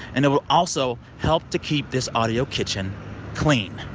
and it will also help to keep this audio kitchen clean.